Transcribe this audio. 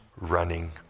running